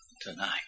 tonight